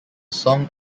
song